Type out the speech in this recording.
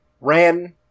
ran